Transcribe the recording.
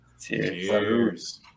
Cheers